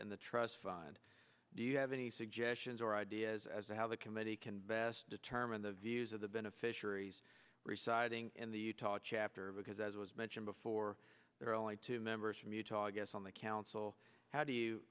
in the trust fund do you have any suggestions or ideas as to how the committee can best determine the views of the beneficiaries reciting in the utah chapter because as was mentioned before there are only two members from utah gets on the council how do you